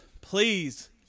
please